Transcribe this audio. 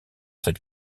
cette